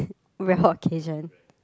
rare occasion